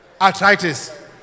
Arthritis